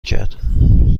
کرد